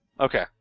Okay